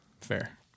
fair